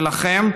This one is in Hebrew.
ולכם,